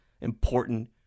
important